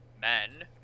men